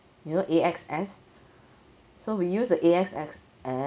you know AXS so we use the AXS